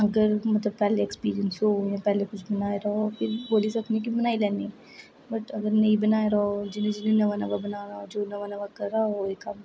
अगर मतलब पहले एक्सपीरियंस होग जा पैहले कुछ बनाए दा होग फिर बोल्ली सकनी कि में बनाई लैन्नी बट अगर नेई बनाए दा होग जियां जियां नमां बना दा होग नमां नमां करा दा होग जेहका